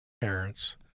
parents